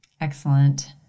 Excellent